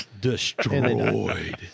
destroyed